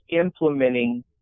implementing